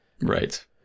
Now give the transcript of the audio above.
right